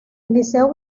liceo